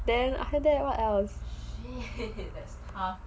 then after that what else